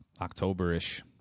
October-ish